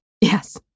Yes